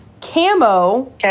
Camo